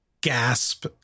gasp